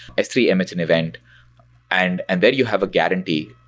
s three emits an event and and there you have a guarantee,